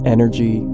Energy